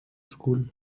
school